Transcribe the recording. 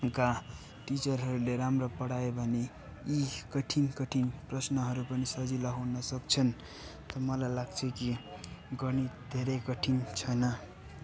का टिचरहरूले राम्रो पढाए भने यि कठिन कठिन प्रश्नहरू पनि सजिला हुन सक्छन् त मलाई लाग्छ कि गणित धेरै कठिन छैन